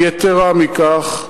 יתירה מכך,